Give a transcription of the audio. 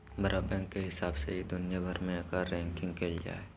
बड़ा बैंक के हिसाब से ही दुनिया भर मे एकर रैंकिंग करल जा हय